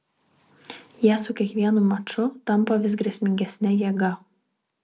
jie su kiekvienu maču tampa vis grėsmingesne jėga